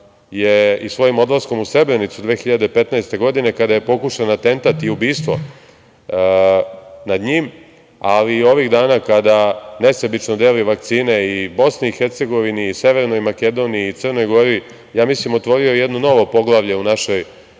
i svojim odlaskom u Srebrenicu 2015. godine, kada je pokušan atentat i ubistvo nad njim, ali i ovih dana kada nesebično deli vakcine i BiH i Severnoj Makedoniji i Crnoj Gori, ja mislim da je otvorio jedno novo poglavlje u našoj